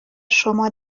شما